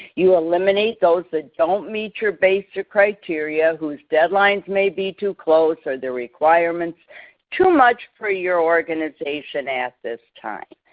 you eliminate those that don't meet your basic criteria, whose deadlines may be too close or their requirements too much for your organization at this time.